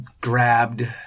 grabbed